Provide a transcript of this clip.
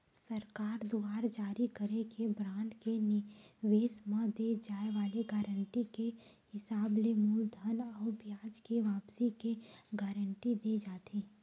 सरकार दुवार जारी करे के बांड के निवेस म दे जाय वाले गारंटी के हिसाब ले मूलधन अउ बियाज के वापसी के गांरटी देय जाथे